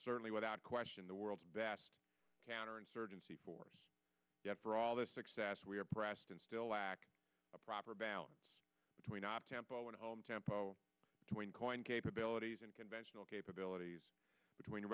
certainly without question the world's best counterinsurgency force for all the success we are pressed and still lack a proper balance between op tempo and home tempo when coin capabilities and conventional capabilities between